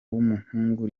w’umuhungu